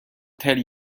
tell